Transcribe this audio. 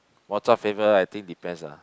water flavour I think depends ah